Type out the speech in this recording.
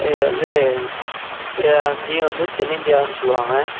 இது வந்து இதை அஞ்சையும் வந்து தென்னிந்தியான்னு சொல்லுவாங்க